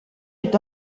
est